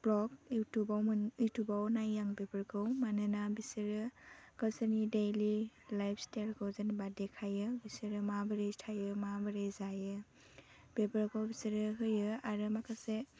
blog युउटुबआव युउटुबआव नायो आं बेफोरखौ मानोना बिसोरो गावसोरनि डैलि लाइफ स्ताइलखौ जेनेबा देखायो बिसोरो माबोरै थायो माबोरै जायो बेफोरखौ बिसोरो होयो आरो माखासे